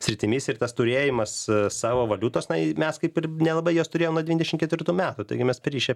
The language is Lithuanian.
sritimis ir tas turėjimas savo valiutos na mes kaip ir nelabai jos turėjom nuo dvyndeš ketvirtų metų taigi mes pririšę